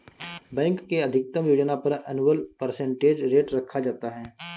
bank के अधिकतम योजना पर एनुअल परसेंटेज रेट रखा जाता है